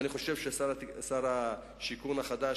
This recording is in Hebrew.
שר השיכון החדש,